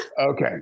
Okay